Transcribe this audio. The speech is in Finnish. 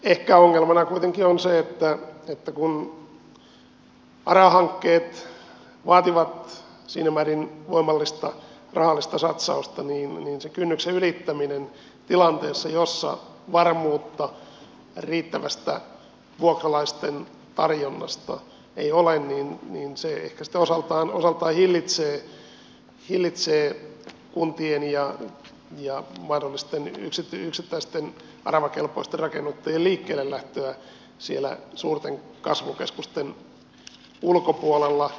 ehkä ongelmana kuitenkin on se että kun ara hankkeet vaativat siinä määrin voimallista rahallista satsausta niin se kynnyksen ylittäminen tilanteessa jossa varmuutta riittävästä vuokralaisten tarjonnasta ei ole ehkä sitten osaltaan hillitsee kuntien ja mahdollisten yksittäisten aravakelpoisten rakennuttajien liikkeellelähtöä siellä suurten kasvukeskusten ulkopuolella